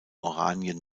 oranien